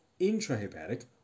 intrahepatic